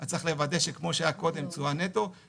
עצרנו את הדיון אתמול ואני רוצה להמשיך אותו ולהמשיך לשמוע את אותם אלה